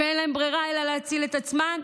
שאין להן ברירה אלא להציל את עצמן,